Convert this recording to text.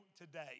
today